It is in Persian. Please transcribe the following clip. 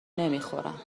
نمیخورن